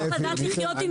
צריך לדעת לחיות עם זה.